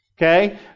Okay